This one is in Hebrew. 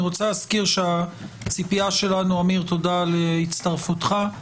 עמיר, תודה על הצטרפותך.